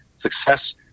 success